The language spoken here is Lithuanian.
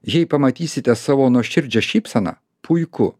jei pamatysite savo nuoširdžią šypseną puiku